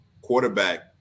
quarterback